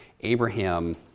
Abraham